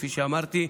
כפי שאמרתי,